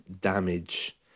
damage